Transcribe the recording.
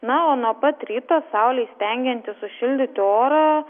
na o nuo pat ryto saulei stengiantis sušildyti orą